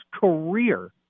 career